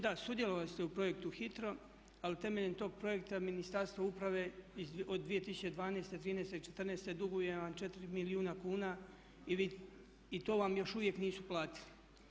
Da, sudjelovali se u projektu HITRO ali temeljem tog projekta Ministarstvo uprave od 2012., '13. i '14. duguje vam 4 milijuna kuna i to vam još uvijek nisu platili.